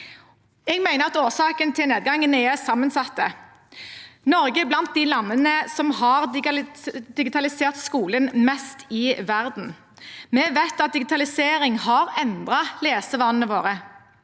Jeg mener at årsakene til nedgangen er sammensatte. Norge er blant de landene i verden som har digitalisert skolen mest. Vi vet at digitalisering har endret lesevanene våre.